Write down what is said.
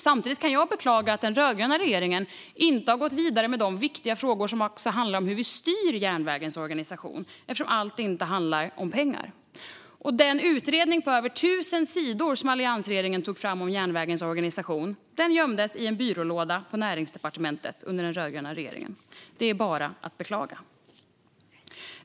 Samtidigt kan jag beklaga att den rödgröna regeringen inte har gått vidare med de viktiga frågor som handlar om hur vi styr järnvägens organisation, eftersom allt inte handlar om pengar. Den utredning på över 1 000 sidor som alliansregeringen tog fram om järnvägens organisation gömdes i en byrålåda på Näringsdepartementet av den rödgröna regeringen. Det är bara att beklaga.